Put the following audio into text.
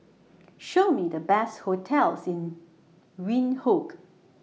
Show Me The Best hotels in Windhoek